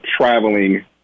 traveling